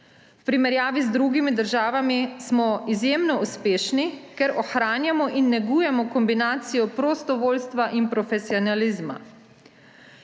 V primerjavi z drugimi državami smo izjemno uspešni, ker ohranjamo in negujemo kombinacijo prostovoljstva in profesionalizma.